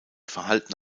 verhalten